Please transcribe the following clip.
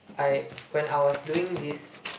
I when I was doing this